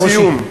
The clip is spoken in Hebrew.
משפט סיום.